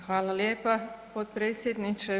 Hvala lijepa potpredsjedniče.